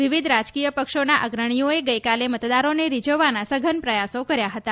વિવિધ રાજકીય પક્ષોના અગ્રણીઓએ ગઇકાલે મતદારોને રીઝવવાના સઘન પ્રયાસો કર્યા હતા